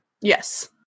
Yes